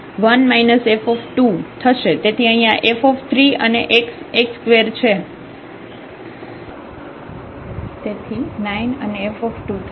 તેથી અહીં આ f અનેx x2 છે તેથી 9 અને f થશે